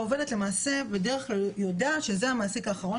העובדת למעשה בד"כ יודעת שזה המעסיק האחרון